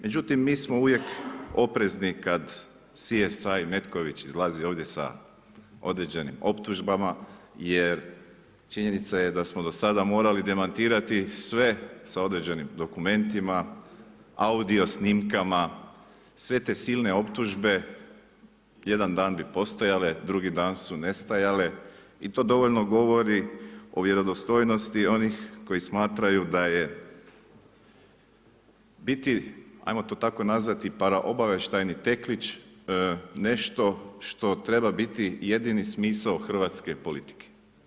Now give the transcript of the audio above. Međutim mi smo uvijek oprezni kad CSI Metković izlazi ovdje sa određenim optužbama jer činjenica je da smo do sada morali demantirati sve sa određenim dokumentima, audio snimkama, sve te silne optužbe, jedan dan bi postojale, drugi dan su nestajale i to dovoljno govori o vjerodostojnosti onih koji smatraju da je u biti ajmo to tako nazvati paraobavještajni teklić nešto što treba biti jedini smisao hrvatske politike.